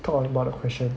talk about the question